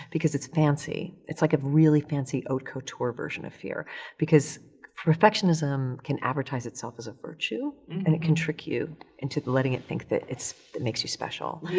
because it's fancy. it's like a really fancy haute couture version of fear because perfectionism can advertise itself as a virtue and it can trick you into letting it think that it's, it makes you special. yes.